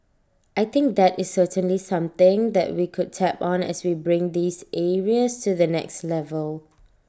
I think that is certainly something that we could tap on as we bring these areas to the next level